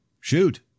Shoot